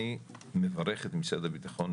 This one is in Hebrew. אני מברך את משרד הבטחון,